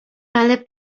ale